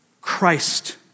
Christ